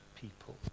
people